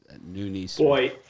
Boy